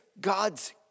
God's